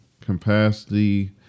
capacity